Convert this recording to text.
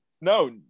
No